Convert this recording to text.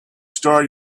start